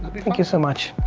thank you so much.